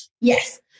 Yes